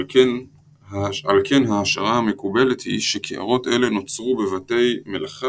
על כן ההשערה המקובלת היא שקערות אלה נוצרו בבתי מלאכה